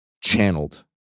channeled